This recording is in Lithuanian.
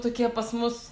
tokie pas mus